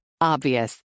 Obvious